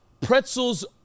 Pretzels